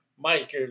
Mike